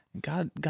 God